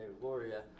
Gloria